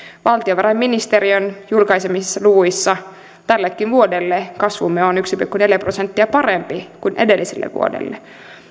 valtiovarainministeriön julkaisemissa luvuissa tällekin vuodelle kasvumme on yksi pilkku neljä pro senttia parempi kuin edelliselle vuodelle